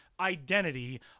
identity